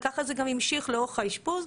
ככה זה גם המשיך לאורך האשפוז.